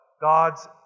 God's